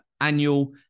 annual